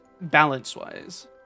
balance-wise